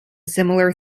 similar